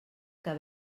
que